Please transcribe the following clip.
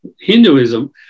Hinduism